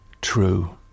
true